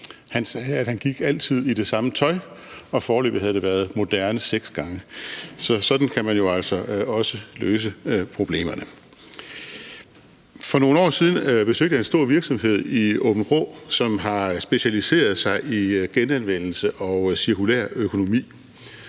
for han gik altid i det samme tøj, og foreløbig havde det været moderne seks gange. Så sådan kan man jo altså også løse problemerne. For nogle år siden besøgte jeg en stor virksomhed i Aabenraa, som har specialiseret sig i genanvendelse og cirkulær økonomi.